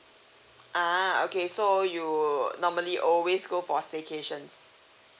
ah okay so you normally always go for staycations